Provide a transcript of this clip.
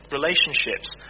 Relationships